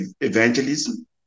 evangelism